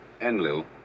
Enlil